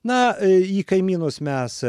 na į kaimynus mes